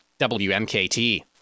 WMKT